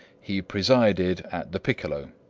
he presided at the piccolo.